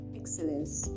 excellence